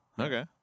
Okay